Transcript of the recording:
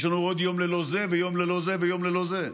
יש לנו עוד יום ללא זה ויום ללא זה ויום ללא זה.